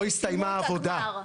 לא הסתיימה העבודה.